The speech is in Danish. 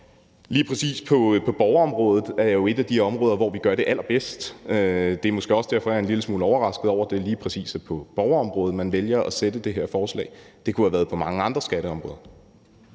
Lige præcis borgerområdet er jo et af de områder, hvor vi gør det allerbedst. Det er måske også derfor, jeg er en lille smule overrasket over, at det lige præcis er på borgerområdet, man vælger at komme med det her forslag. Det kunne have været på mange andre skatteområder.